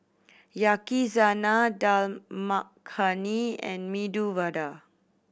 Yakizakana Dal Makhani and Medu Vada